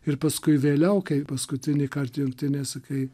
ir paskui vėliau kai paskutinį kartą jungtinėse kai